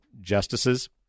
justices